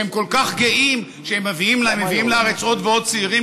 שהם כל כך גאים שהם מביאים לארץ עוד ועוד צעירים